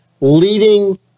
leading